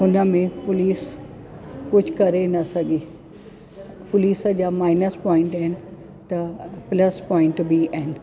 हुनमें पुलिस कुझु करे न सघी पुलिस जा माइनस पॉइंट आहिनि त प्लस पॉइंट बि आहिनि